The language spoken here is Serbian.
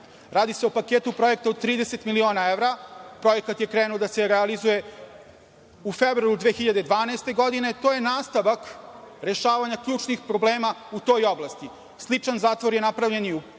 Radi se o paketu projekta od 30 miliona evra. Projekat je krenuo da se realizuje u februaru 2012. godine. To je nastavak rešavanja ključnih problema u toj oblasti. Sličan zatvor je napravljen i u